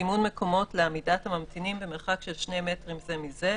סימון מקומות לעמידת הממתינים במרחק של שני מטרים זה מזה,